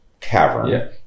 cavern